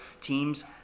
teams